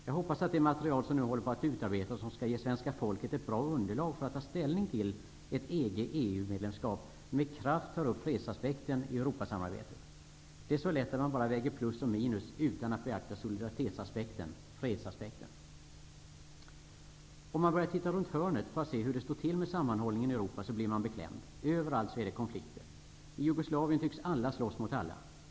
Jag hoppas att det material som nu håller på att utarbetas och som skall ge svenska folket ett bra underlag när det gäller att ta ställning till ett EG/EU-medlemskap med kraft tar upp fredsaspekten i Europasamarbetet. Det är så lätt att man bara väger plus och minus utan att beakta solidaritetsaspekten, fredsaspekten. Om man börjar titta runt hörnet för att se hur det står till med sammanhållningen i Europa blir man beklämd. Överallt är det konflikter. I Jugoslavien tycks alla slåss mot alla.